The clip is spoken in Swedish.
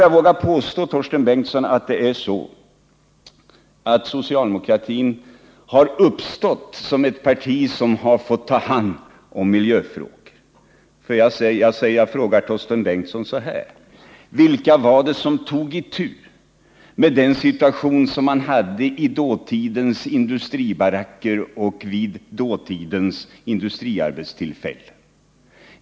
Jag vågar påstå, Torsten Bengtson, att socialdemokratin redan från partiets tillkomst har fått ta hand om miljöfrågor. Vilka var det som tog itu med den situation som rådde i dåtidens industribaracker och på dåtidens industriarbetsplatser?